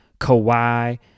Kawhi